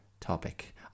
topic